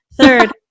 Third